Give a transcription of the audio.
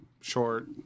short